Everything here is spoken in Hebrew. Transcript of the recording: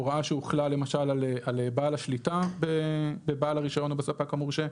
הוראה שהוחלה למשל על בעת השליטה בבעל הרישיון או בספק המורשה,